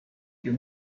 you